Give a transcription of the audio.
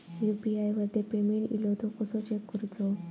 UPI वरती payment इलो तो कसो चेक करुचो?